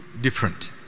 different